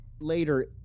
later